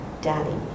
Daddy